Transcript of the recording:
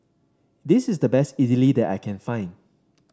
this is the best Idili that I can find